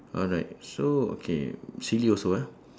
alright so okay silly also ah